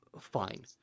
Fine